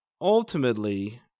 ultimately